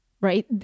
Right